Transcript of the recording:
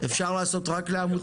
אפשר לעשות רק לעמותות?